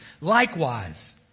Likewise